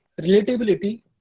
relatability